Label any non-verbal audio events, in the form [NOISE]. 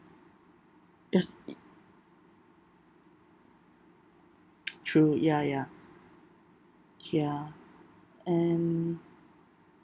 [NOISE] true ya ya ya and